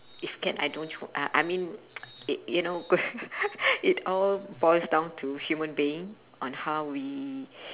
if can I don't throw uh I mean y~ you know it all boils down to human being on how we